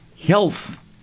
Health